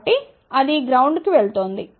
కాబట్టి అది గ్రౌండ్ కు వెళ్తోంది